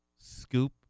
scoop